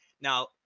now